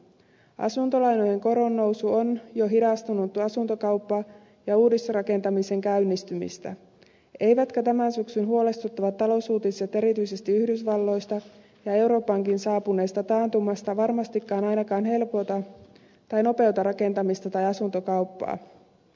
asuntolainojen koronnousu on jo hidastanut asuntokauppaa ja uudisrakentamisen käynnistymistä eivätkä tämän syksyn huolestuttavat talousuutiset erityisesti yhdysvalloista ja eurooppaankin saapuneesta taantumasta varmastikaan ainakaan helpota tai nopeuta rakentamista tai asuntokauppaa